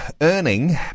earning